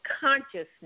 consciousness